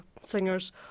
singers